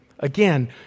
Again